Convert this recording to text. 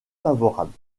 favorables